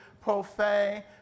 profane